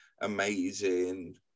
amazing